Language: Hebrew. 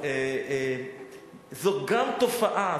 זאת גם תופעה.